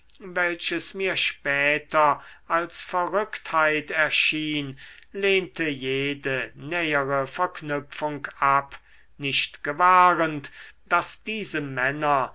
welches mir später als verrücktheit erschien lehnte jede nähere verknüpfung ab nicht gewahrend daß diese männer